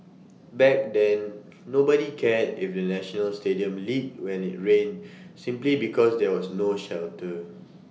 back then nobody cared if the national stadium leaked when IT rained simply because there was no shelter